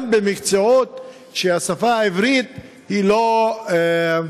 גם במקצועות שהשפה העברית היא לא,